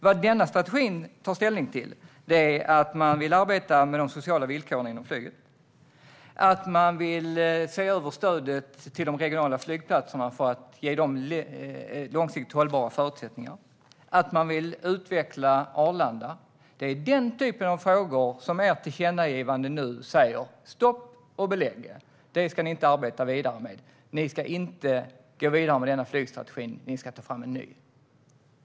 Vad denna strategi tar ställning till är att man vill arbeta med de sociala villkoren inom flyget, att man vill se över stödet till de regionala flygplatserna för att ge dem långsiktigt hållbara förutsättningar och att man vill utveckla Arlanda. Det är om den typen av frågor som ert tillkännagivande nu säger: Stopp och belägg! Det ska ni inte arbeta vidare med. Ni ska inte gå vidare med denna flygstrategi. Ni ska ta fram en ny.